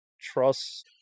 trust